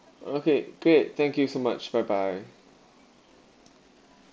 okay great thank you so much bye bye